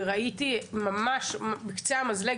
וראיתי ממש על קצה המזלג,